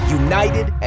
united